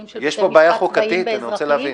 של בתי משפט צבאיים בבתי משפט אזרחיים?